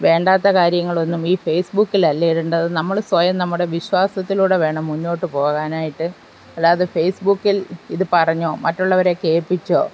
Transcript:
വേണ്ടാത്ത കാര്യങ്ങൾ ഒന്നും ഈ ഫെയ്സ് ബുക്കിൽ അല്ല ഇടേണ്ടത് നമ്മൾ സ്വയം നമ്മുടെ വിശ്വാസത്തിലൂടെ വേണം മുന്നോട്ടു പോകാനായിട്ട് അല്ലാതെ ഫെയ്സ് ബുക്കിൽ ഇത് പറഞ്ഞോ മറ്റുള്ളവരെ കേൾപ്പിച്ചോ